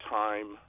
time